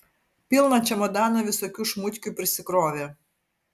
pilną čemodaną visokių šmutkių prisikrovė